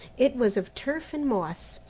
it was of turf and moss.